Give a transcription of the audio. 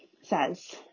says